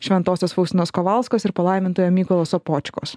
šventosios faustinos kovalskos ir palaimintojo mykolo sopočkos